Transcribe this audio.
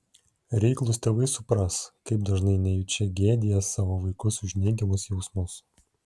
reiklūs tėvai supras kaip dažnai nejučia gėdija savo vaikus už neigiamus jausmus